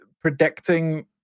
predicting